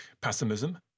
Pessimism